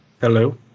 Hello